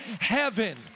heaven